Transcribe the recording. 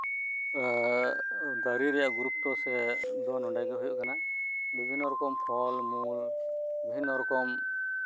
ᱫᱟᱨᱮᱹ ᱨᱮᱭᱟᱜ ᱜᱩᱨᱩᱛᱛᱚ ᱥᱮ ᱱᱚᱰᱮᱜᱮ ᱦᱳᱭᱳᱜ ᱠᱟᱱᱟ ᱵᱤᱵᱷᱤᱱᱱᱚ ᱨᱚᱠᱚᱢ ᱯᱷᱚᱞ ᱢᱩᱞ ᱵᱤᱵᱷᱤᱱᱱᱚ ᱨᱚᱠᱚᱢ